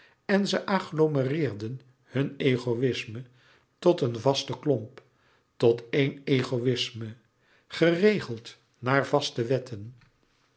en ze agglomereerden hun egoïsme tot een vasten klomp tot éen egoïsme geregeld naar vaste wetten